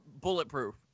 bulletproof